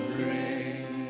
rain